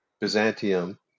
Byzantium